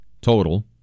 total